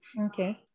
Okay